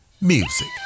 Music